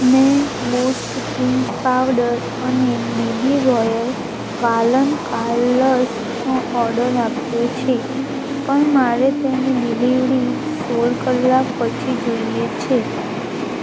મેં boost drink powder અને BB royal વાલન કારલસનો ઓર્ડર આપ્યો છે પણ મારે તેની ડિલિવરી સોળ કલાક પછી જોઈએ છે